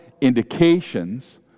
indications